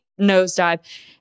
nosedive